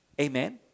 amen